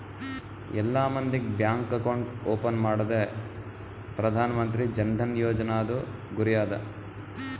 ಎಲ್ಲಾ ಮಂದಿಗ್ bank account open ಮಾಡದೆ ಪ್ರಧಾನ್ ಮಂತ್ರಿ ಜನ್ ಧನ ಯೋಜನಾದು ಗುರಿ ಅದ